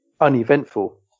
uneventful